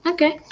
Okay